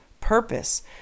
purpose